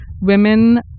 women